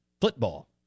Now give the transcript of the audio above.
football